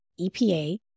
EPA